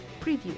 preview